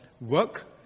work